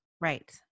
Right